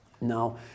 now